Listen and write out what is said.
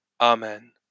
Amen